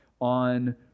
on